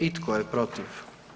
I tko je protiv?